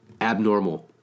abnormal